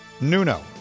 Nuno